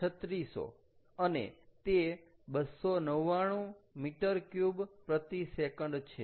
5 x 3600 અને તે 299 m3s છે